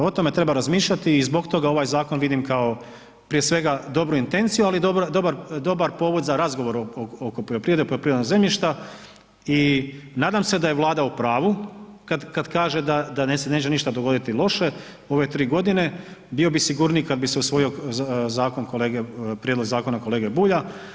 O tome treba razmišljati i zbog toga ovaj zakon vidim kao, prije svega dobru intenciju, ali dobar povod za razgovor oko poljoprivrede, poljoprivrednog zemljišta i nadam se da je Vlada u pravu kad kaže da se neće ništa dogoditi loše, ove 3 godine, bio bi sigurniji kad bi se osvojio zakon kolege, prijedlog zakona kolege Bulja.